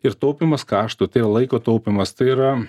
ir taupymas kaštų tai laiko taupymas tai yra